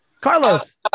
carlos